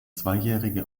zweijährige